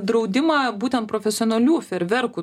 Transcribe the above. draudimą būtent profesionalių fejerverkų